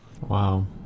Wow